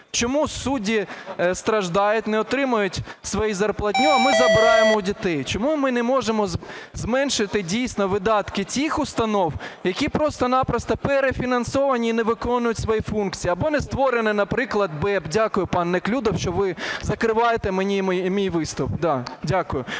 Чому судді страждають, не отримують свою зарплатню, а ми забираємо у дітей? Чому ми не можемо зменшити дійсно видатки тих установ, які просто-напросто перефінансовані і не виконують свої функції? Або не створене, наприклад, БЕБ. Дякую, пан Неклюдов, що ви закриваєте мій виступ. Дякую.